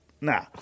nah